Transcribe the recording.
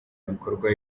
bikorwa